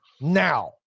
Now